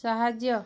ସାହାଯ୍ୟ